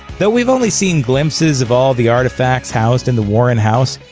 though we've only seen glimpses of all the artifacts housed in the warren house,